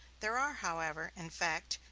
there are, however, in fact,